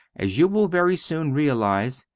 as you will very soon realize.